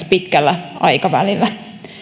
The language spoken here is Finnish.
pitkällä aikavälillä